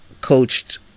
coached